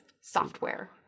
Software